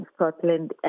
Scotland